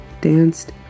danced